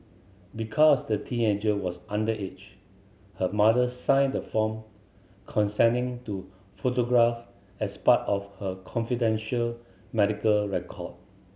because the teenager was underage her mother signed the form consenting to photograph as part of her confidential medical record